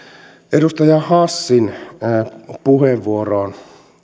edustaja hassin puheenvuoroon